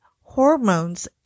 hormones